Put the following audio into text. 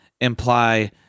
imply